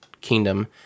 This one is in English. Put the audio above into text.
kingdom